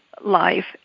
life